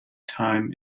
time